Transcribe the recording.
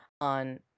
on